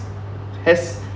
has